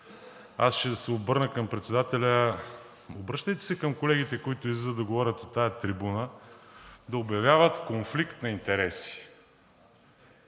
Аз ще се обърна към председателя. Обръщайте се към колегите, които излизат да говорят от тази трибуна, да обявяват конфликт на интереси.